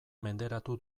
menderatu